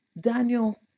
Daniel